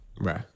Right